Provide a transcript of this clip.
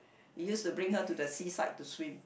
we used to bring her to the seaside to swim